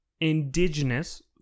indigenous